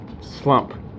slump